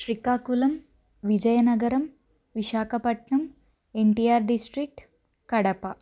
Srikakulam Vizianagaram Visakhapatnam NTR district Kadapa